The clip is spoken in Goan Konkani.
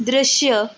दृश्य